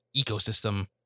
ecosystem